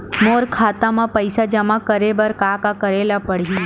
मोर खाता म पईसा जमा करे बर का का करे ल पड़हि?